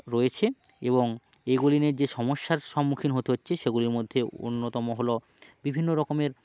রয়েছে এবং এগুলির যে সমস্যার সম্মুখীন হতে হচ্ছে সেগুলির মধ্যে অন্যতম হলো বিভিন্ন রকমের